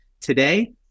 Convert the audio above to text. Today